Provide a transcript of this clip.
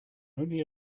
only